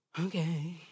okay